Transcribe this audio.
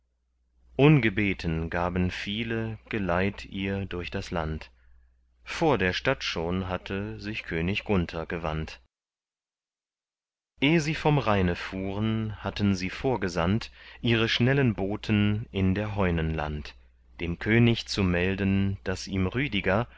ungebeten gaben viele geleit ihr durch das land vor der stadt schon hatte sich könig gunther gewandt eh sie vom rheine fuhren hatten sie vorgesandt ihre schnellen boten in der heunen land dem könig zu melden daß ihm rüdiger